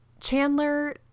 Chandler